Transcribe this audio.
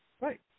Right